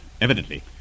evidently